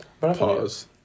Pause